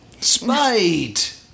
Spite